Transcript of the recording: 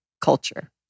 culture